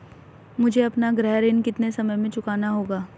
मुझे अपना गृह ऋण कितने समय में चुकाना होगा?